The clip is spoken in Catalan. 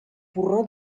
porró